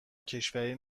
کشوری